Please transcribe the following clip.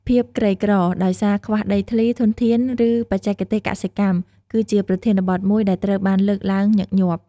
ភាពក្រីក្រ ដោយសារខ្វះដីធ្លី ធនធាន ឬបច្ចេកទេសកសិកម្ម គឺជាប្រធានបទមួយដែលត្រូវបានលើកឡើងញឹកញាប់។